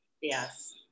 Yes